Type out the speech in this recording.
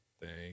Thank